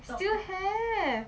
still have